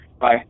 Bye